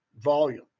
volume